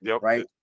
right